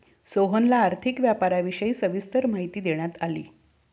सोहनला आर्थिक व्यापाराविषयी सविस्तर माहिती देण्यात आली